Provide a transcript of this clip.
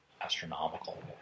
astronomical